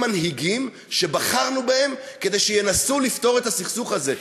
מנהיגים שבחרנו בהם כדי שינסו לפתור את הסכסוך הזה.